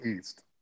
East